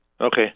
Okay